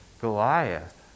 Goliath